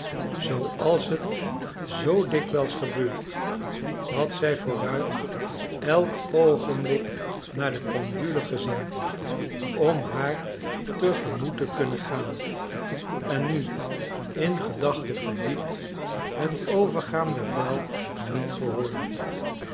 zooals het zoo dikwijls gebeurt had zij vooruit elk oogenblik naar de pendule gezien om haar te gemoet te kunnen gaan en nu in gedachten verdiept het overgaan der bel niet gehoord